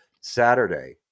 saturday